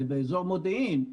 באזור מודיעין,